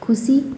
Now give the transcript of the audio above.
खुसी